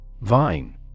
Vine